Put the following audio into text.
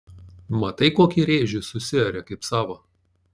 matai kokį rėžį susiarė kaip savo